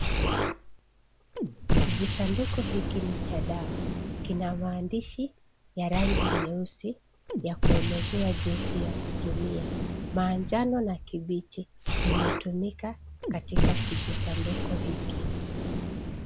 Kijisanduku hiki ni cha dawa kina maandishi ya rangi nyeusi ya kuelezea jinsi ya kutumia, maanjano na kibichi imetumika katika kijisanduku hiki.